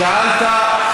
שאלת?